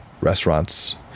Restaurants